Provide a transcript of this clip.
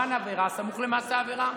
קורבן עברה, סמוך למעשה העברה.